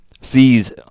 Sees